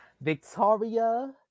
Victoria